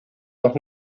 noch